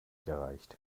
gereicht